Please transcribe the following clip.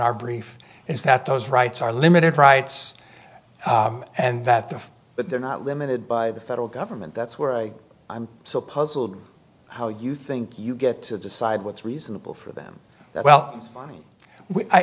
our brief is that those rights are limited rights and that the but they're not limited by the federal government that's where i'm so puzzled how you think you get to decide what's reasonable for them that well it's